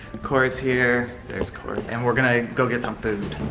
kory's here. there's kory. and we're gonna go get some food.